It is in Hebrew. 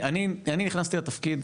אני נכנסתי לתפקיד,